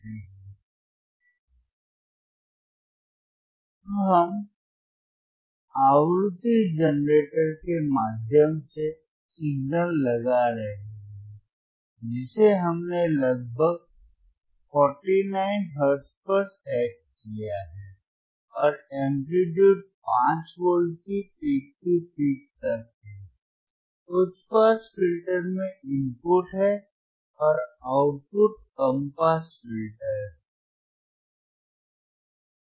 अब हम आवृत्ति जनरेटर के माध्यम से सिग्नल लगा रहे हैं जिसे हमने लगभग 49 हर्ट्ज पर सेट किया है और एंप्लीट्यूड 5 वोल्ट की पीक तू पीक तक है उच्च पास फिल्टर मैं इनपुट है और आउटपुट कम पास फिल्टर से है